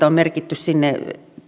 on merkitty sinne